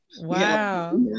Wow